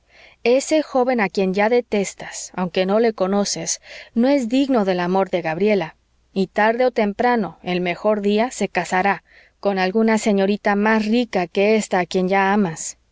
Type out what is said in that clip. ese joven a quien ya detestas aunque no le conoces no es digno del amor de gabriela y tarde o temprano el mejor día se casará con alguna señorita más rica que ésta a quien ya amas